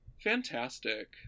Fantastic